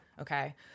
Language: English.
okay